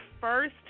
first